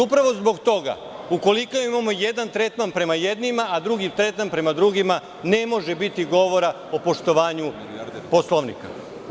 Upravo zbog toga, ukoliko imamo jedan tretman prema jednima, a drugi tretman prema drugima, ne može biti govora o poštovanju Poslovnika.